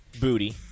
booty